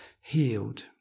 healed